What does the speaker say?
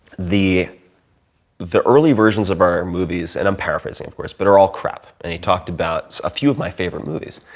the the early versions of our movies, and i'm paraphrasing of course but, they're all crap. and he talked about a few of my favorite movies.